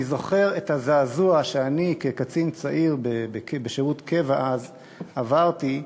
אני זוכר את הזעזוע שאני כקצין צעיר בשירות קבע אז עברתי,